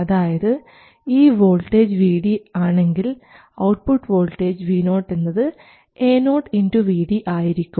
അതായത് ഈ voltage Vd ആണെങ്കിൽ ഔട്ട്പുട്ട് വോൾട്ടേജ് Vo എന്നത് Ao Vd ആയിരിക്കും